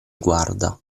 guarda